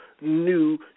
new